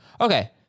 Okay